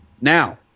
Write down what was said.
now